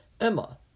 Emma